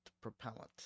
propellant